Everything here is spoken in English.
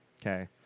Okay